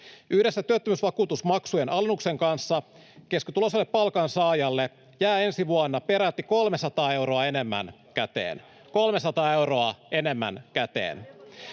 Yhdessä työttömyysvakuutusmaksujen alennuksen kanssa keskituloiselle palkansaajalle jää ensi vuonna peräti 300 euroa enemmän käteen — 300 euroa enemmän käteen.